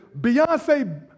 Beyonce